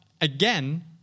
again